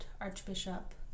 Archbishop